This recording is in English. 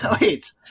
wait